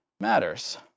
matters